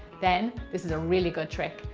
then, this is a really good, trick.